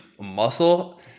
muscle